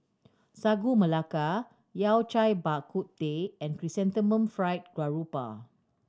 Sagu Melaka Yao Cai Bak Kut Teh and Chrysanthemum Fried Garoupa